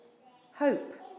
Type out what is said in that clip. hope